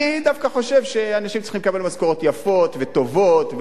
אני דווקא חושב שאנשים צריכים לקבל משכורות יפות וטובות,